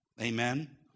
Amen